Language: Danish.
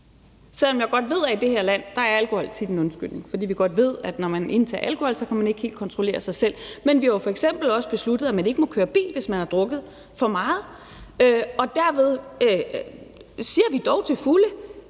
selv om jeg godt ved, at alkohol tit bliver brugt som undskyldning i det her land. For vi godt ved, at når man indtager alkohol, kan man ikke helt kontrollere sig selv. Men vi har jo f.eks. også besluttet, at man ikke må køre bil, hvis man har drukket for meget. Derved siger vi jo til fulde